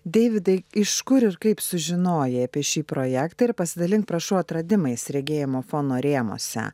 deividai iš kur ir kaip sužinojai apie šį projektą ir pasidalink prašau atradimais regėjimo fono rėmuose